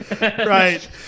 Right